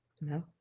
No